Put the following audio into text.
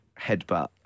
headbutt